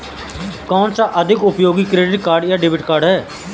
कौनसा अधिक उपयोगी क्रेडिट कार्ड या डेबिट कार्ड है?